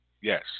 Yes